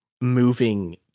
moving